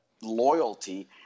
Loyalty